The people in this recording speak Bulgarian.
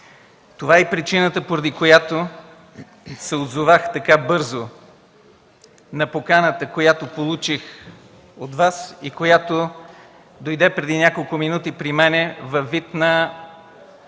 Това е и причината, поради която се отзовах така бързо на поканата, която получих от Вас и която дойде при мен преди няколко минути при мен във вид на